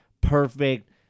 perfect